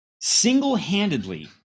single-handedly